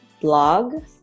blog